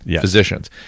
physicians